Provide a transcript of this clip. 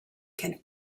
can